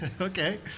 Okay